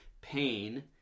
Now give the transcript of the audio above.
pain